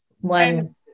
one